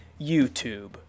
YouTube